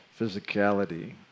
physicality